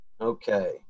Okay